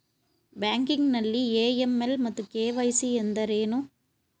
Banking ನಲ್ಲಿ AML ಮತ್ತು KYC ಎಂದರೇನು?